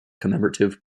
commemorative